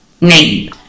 name